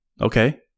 Okay